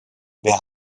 wer